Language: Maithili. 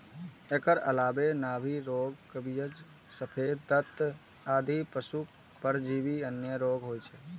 एकर अलावे नाभि रोग, कब्जियत, सफेद दस्त आदि पशुक परजीवी जन्य रोग होइ छै